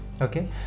okay